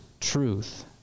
truth